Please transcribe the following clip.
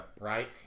right